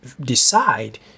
decide